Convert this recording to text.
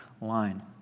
line